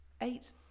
Eight